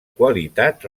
qualitat